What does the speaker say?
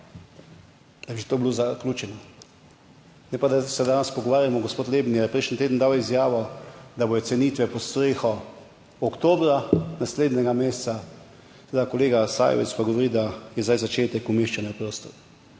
da bi to bilo zaključeno, ne pa da se danes pogovarjamo, gospod Leben je prejšnji teden dal izjavo, da bodo cenitve pod streho oktobra naslednjega meseca, seveda kolega Sajovic pa govori, da je zdaj začetek umeščanja v prostor.